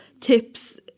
tips